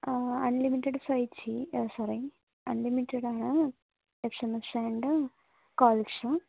unlimited five G sorry unlimited ആണ് S M S and calls